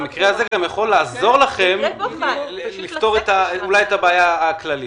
המקרה הזה יכול לעזור לכם לפתור את הבעיה הכללית.